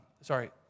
Sorry